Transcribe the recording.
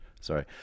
sorry